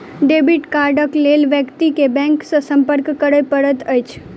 debit कार्डक लेल व्यक्ति के बैंक सॅ संपर्क करय पड़ैत अछि